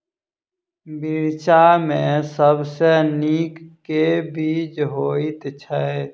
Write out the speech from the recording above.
मिर्चा मे सबसँ नीक केँ बीज होइत छै?